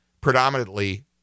Predominantly